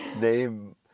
name